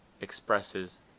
expresses